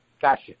Gotcha